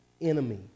enemy